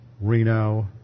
Reno